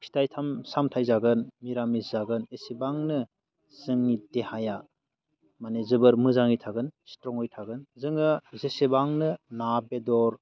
फिथाइ सामथाय जागोन निरामिस जागोन एसेबांनो जोंनि देहाया माने जोबोद मोजाङै थागोन स्ट्रङै थागोन जोङो जेसेबांनो ना बेदर